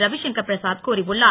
ரவிசங்கர் பிரசாத் கூறியுள்ளார்